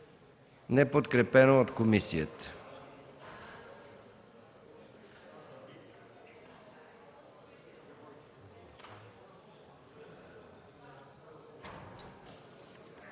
подкрепено от комисията.